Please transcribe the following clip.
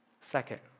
Second